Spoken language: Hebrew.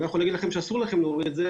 אני לא יכול להגיד לכם שאסור לכם להוריד את זה,